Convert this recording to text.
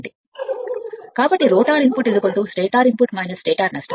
సరైనది కాబట్టి rotor input stator input stator నష్టాలు